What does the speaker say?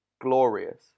glorious